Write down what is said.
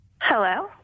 Hello